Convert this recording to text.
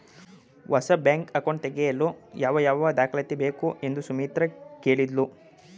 ಹೊಸ bank account ತೆಗೆಯಲು ಯಾವ ಯಾವ ದಾಖಲಾತಿ ಬೇಕು ಎಂದು ಸುಮಿತ್ರ ಕೇಳಿದ್ಲು